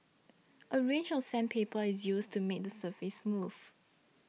a range of sandpaper is used to make the surface smooth